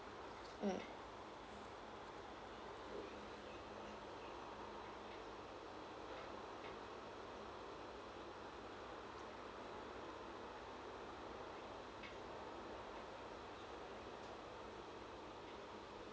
mm